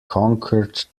conquered